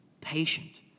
patient